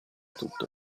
tutto